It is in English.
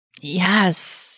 Yes